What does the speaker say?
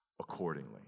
accordingly